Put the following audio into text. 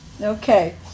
Okay